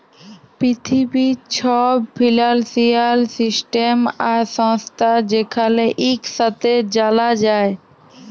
পিথিবীর ছব financial system আর সংস্থা যেখালে ইকসাথে জালা যায়